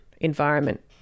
environment